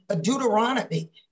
Deuteronomy